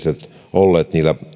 olleet